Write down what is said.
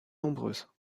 nombreuses